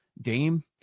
Dame